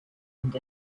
and